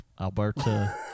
Alberta